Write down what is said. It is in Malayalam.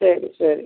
ശരി ശരി